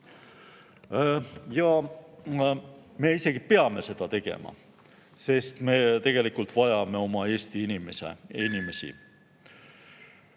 me isegi peame seda tegema, sest me tegelikult vajame oma Eesti inimesi.